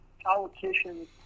politicians